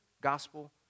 gospel